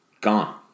Gone